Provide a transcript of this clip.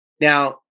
Now